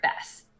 best